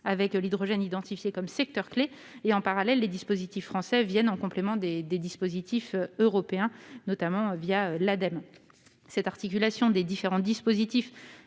2018, l'hydrogène étant identifié comme un secteur clé. Les dispositifs français viennent en complément des dispositifs européens, notamment l'Ademe. Cette articulation des différents dispositifs